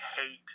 hate